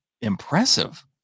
impressive